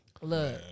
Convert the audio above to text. Look